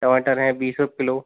टमाटर है बीस रुपये किलो